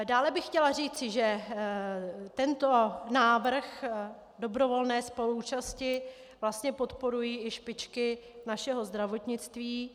Dále bych chtěla říci, že tento návrh dobrovolné spoluúčasti vlastně podporují i špičky našeho zdravotnictví.